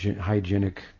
hygienic